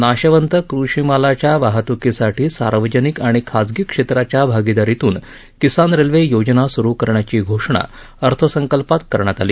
नाशवंत कृषी मालाच्या वाहत्कीसाठी सार्वजनिक आणि खाजगी क्षेत्राच्या भागिदारीतून किसान रेल्वे योजना सुरु करण्याची घोषणा अर्थसंकल्पात करण्यात आली